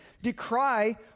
decry